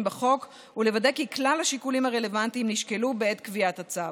בחוק ולוודא כי כלל השיקולים הרלוונטיים נשקלו בעת קביעת הצו.